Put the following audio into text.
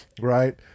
right